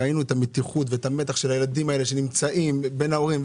ראינו את המתיחות ואת המתח של הילדים האלה שנמצאים בין ההורים,